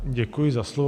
Děkuji za slovo.